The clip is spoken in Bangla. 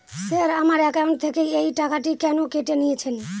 স্যার আমার একাউন্ট থেকে এই টাকাটি কেন কেটে নিয়েছেন?